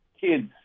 kids